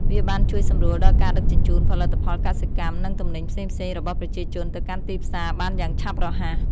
វាបានជួយសម្រួលដល់ការដឹកជញ្ជូនផលិតផលកសិកម្ម និងទំនិញផ្សេងៗរបស់ប្រជាជនទៅកាន់ទីផ្សារបានយ៉ាងឆាប់រហ័ស។